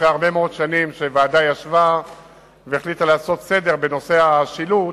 אחרי הרבה מאוד שנים שוועדה ישבה והחליטה לעשות סדר בנושא השילוט,